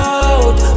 out